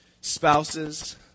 spouses